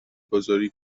گذاری